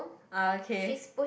ah okay